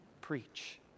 preach